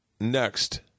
Next